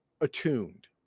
Attuned